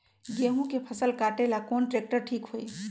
गेहूं के फसल कटेला कौन ट्रैक्टर ठीक होई?